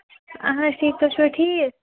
اہن حظ ٹھیٖک تُہی چھُوا ٹھیٖک